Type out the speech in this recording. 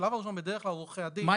בשלב הראשון בדרך כלל עורכי הדין --- מה